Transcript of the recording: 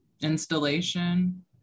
installation